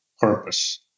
purpose